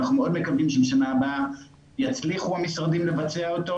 אנחנו מאוד מקווים שבשנה הבאה יצליחו המשרדים לבצע אותו